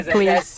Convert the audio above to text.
Please